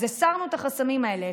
אז הסרנו את החסמים האלה,